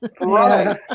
Right